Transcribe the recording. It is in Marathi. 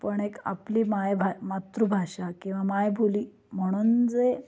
पण एक आपली माय भा मातृभाषा किंवा मायबोली म्हणून जे